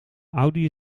audi